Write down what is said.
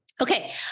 Okay